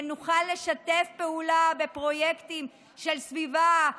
שנוכל לשתף פעולה בפרויקטים של סביבה,